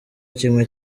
kimwe